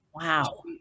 Wow